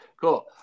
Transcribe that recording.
Cool